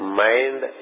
mind